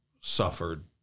suffered